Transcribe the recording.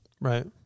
Right